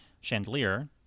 Chandelier